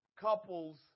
couples